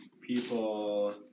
people